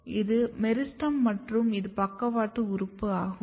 எனவே இது மெரிஸ்டெம் மற்றும் இது பக்கவாட்டு உறுப்பு ஆகும்